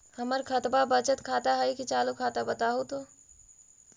हमर खतबा बचत खाता हइ कि चालु खाता, बताहु तो?